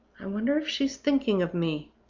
i wonder if she's thinking of me?